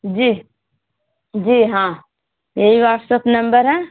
جی جی ہاں یہی واٹسپ نمبر ہے